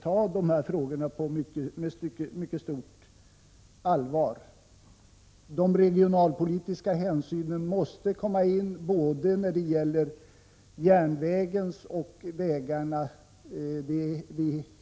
Vi är helt på det klara med att de regionalpolitiska hänsynen måste komma in både när det gäller järnvägar och vägar.